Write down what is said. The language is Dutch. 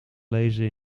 lezen